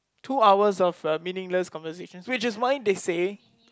two hours of uh meaningless conversations which is why they say